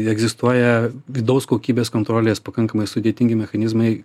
egzistuoja vidaus kokybės kontrolės pakankamai sudėtingi mechanizmai